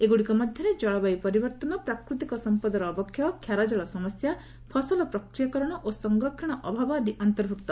ଏଗୁଡ଼ିକ୍ ମଧ୍ୟରେ ଜଳବାୟୁ ପରିବର୍ତ୍ତନ ପ୍ରାକୃତିକ ସମ୍ପଦର ଅବକ୍ଷୟ କ୍ଷାରଜଳ ସମସ୍ୟା ଫସଲ ପ୍ରକ୍ରିୟାକରଣ ଓ ସଂରକ୍ଷଣ ଅଭାବ ଆଦି ଅନ୍ତର୍ଭୁକ୍ତ